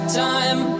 time